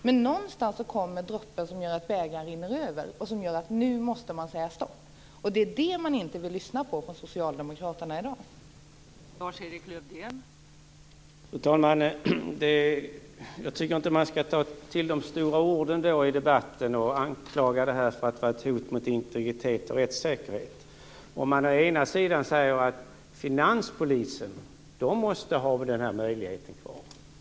Men någon gång kommer droppen som gör att bägaren rinner över och som gör att nu måste man säga stopp. Det är detta man inte vill lyssna på från socialdemokraternas sida i dag.